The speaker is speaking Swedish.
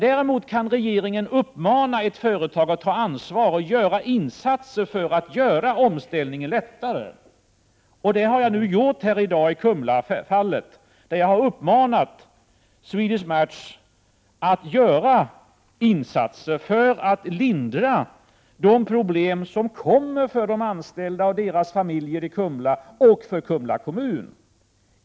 Däremot kan regeringen uppmana ett företag att ta ansvar och göra insatser för att omställningen skall gå lättare. Det har jag nu gjort i dag i detta fall från Kumla, där jag har uppmanat Swedish Match att göra insatser för att hindra de problem som kommer för de anställda och deras familjer i Kumla och för Kumla kommun.